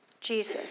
Jesus